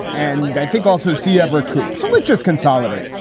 and i think also c. everett koop. so let's just consolidate.